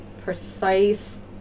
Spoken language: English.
precise